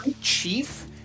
chief